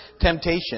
temptation